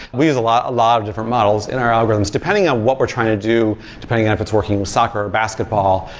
we use a lot lot of different models in our algorithms. depending on what we're trying to do, depending on if it's working with soccer, or basketball,